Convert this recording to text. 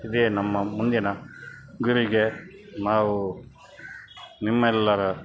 ಇದೇ ನಮ್ಮ ಮುಂದಿನ ಗುರಿಗೆ ನಾವು ನಿಮ್ಮೆಲ್ಲರ